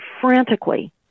frantically